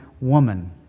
woman